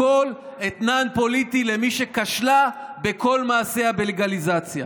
הכול אתנן פוליטי למי שכשלה בכל מעשיה בלגליזציה.